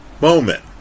moment